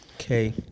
okay